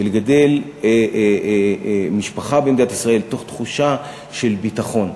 ולגדל משפחה במדינת ישראל תוך תחושה של ביטחון.